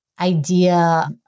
idea